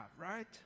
right